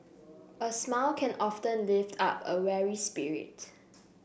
a smile can often lift up a weary spirit